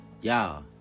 Y'all